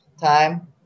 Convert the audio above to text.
time